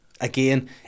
Again